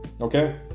okay